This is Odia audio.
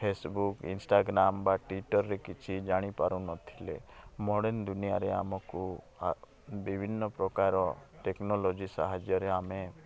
ଫେସବୁକ୍ ଇନ୍ଷ୍ଟାଗ୍ରାମ୍ ବା ଟ୍ୱିଟର୍ରେ କିଛି ଜାଣି ପାରୁ ନଥିଲେ ମଡ଼୍ର୍ଣ୍ଣ ଦୁନିଆରେ ଆମକୁ ବିଭିନ୍ନ ପ୍ରକାର ଟେକ୍ନୋଲୋଜି୍ ସାହାଯ୍ୟରେ ଆମେ